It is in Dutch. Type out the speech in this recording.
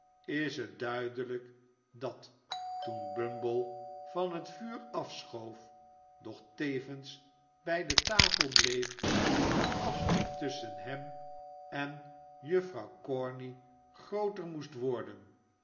is het duidelijk dat toen bumble van het vuur afschoof doch tevens bij de tafel bleef de afstand tusschen hem en juffrouw corney grooter moest worden